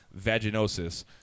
vaginosis